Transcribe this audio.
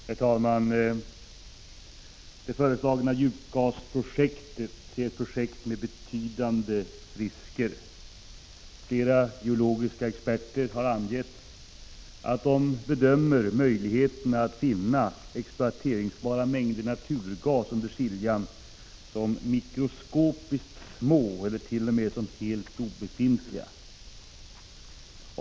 Herr talman! Det förslagna djupgasprojektet är ett projekt med betydande risker. Flera geologiska experter har angett att de bedömer möjligheterna att finna exploateringsbara mängder naturgas under Siljan som mikroskopiskt små eller t.o.m. som helt obefintliga.